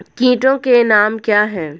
कीटों के नाम क्या हैं?